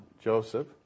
Joseph